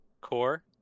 Core